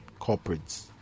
corporates